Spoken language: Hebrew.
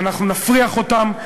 ואנחנו נפריך אותם,